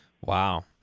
Wow